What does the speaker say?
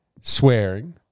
swearing